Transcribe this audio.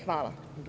Hvala.